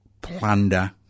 plunder